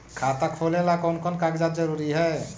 खाता खोलें ला कोन कोन कागजात जरूरी है?